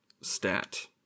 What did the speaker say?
stat